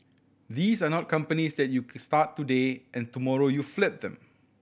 these are not companies that you start today and tomorrow you flip them